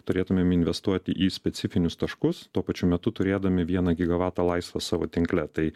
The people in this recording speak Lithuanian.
turėtumėm investuoti į specifinius taškus tuo pačiu metu turėdami vieną gigavatą laisvą savo tinkle tai